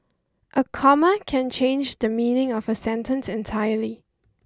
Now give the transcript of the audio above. a comma can change the meaning of a sentence entirely